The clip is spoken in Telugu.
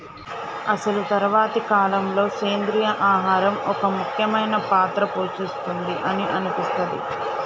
అసలు తరువాతి కాలంలో, సెంద్రీయ ఆహారం ఒక ముఖ్యమైన పాత్ర పోషిస్తుంది అని అనిపిస్తది